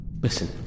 Listen